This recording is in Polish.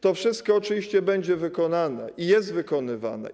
To wszystko oczywiście będzie wykonane i jest wykonywane.